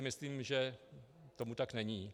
Myslím, že tomu tak není.